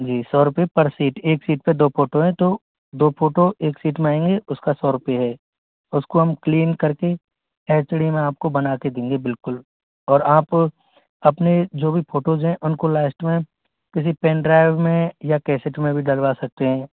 जी सौ रुपये पर सीट एक सीट पर दो फ़ोटो है तो दो फोटो एक सीट में आएंगे उसका सौ रुपये है उसको हम क्लीन कर के एच डी में आपको बना कर देंगे बिल्कुल और आप अपने जो भी फोटोस हैं उनको लास्ट में किसी पेन ड्राइव में या केसीड में भी डलवा सकते हैं